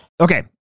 Okay